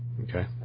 Okay